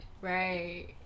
Right